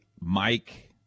Mike